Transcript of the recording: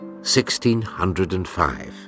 1605